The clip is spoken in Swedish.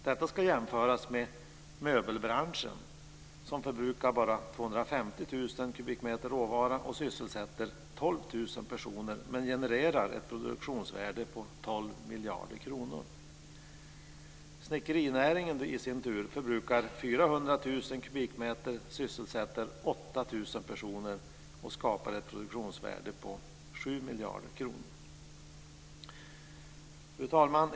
Detta ska jämföras med möbelbranschen som bara förbrukar 250 000 kubikmeter råvara och sysselsätter 12 000 personer, men genererar ett produktionsvärde på 12 miljarder kronor. Snickerinäringen i sin tur förbrukar 400 000 kubikmeter, sysselsätter 8 000 personer och skapar ett produktionsvärde på 7 miljarder kronor. Fru talman!